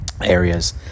areas